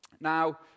Now